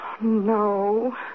No